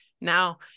Now